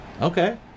Okay